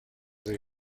del